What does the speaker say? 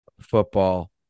football